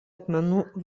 akmenų